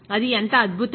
అది ఎంత అద్భుతం